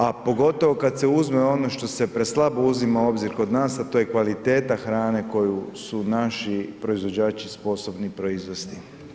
A pogotovo kada se uzme ono što se preslabo uzima u obzir kod nas, a to je kvaliteta hrane koju su naši proizvođači sposobni proizvesti.